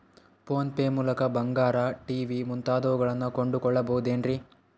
Phone pay ಮೂಲಕ ಬಂಗಾರ, TV ಮುಂತಾದವುಗಳನ್ನ ಕೊಂಡು ಕೊಳ್ಳಬಹುದೇನ್ರಿ?